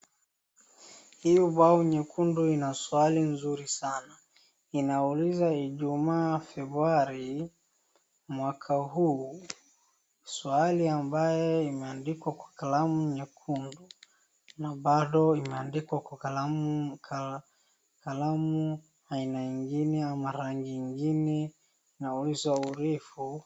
Hii ubao nyekundu ina swali nzuri sana, inauliza ijumaa Februari mwaka huu, swali ambaye imeandikwa kwa kalamu nyekundu na bado imeandikwa kwa kalamu aina ingine ama rangi ingine na za urefu.